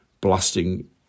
blasting